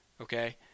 okay